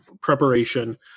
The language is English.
preparation